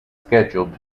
scheduled